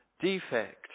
defect